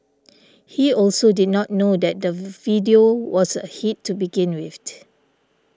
he also did not know that the video was a hit to begin with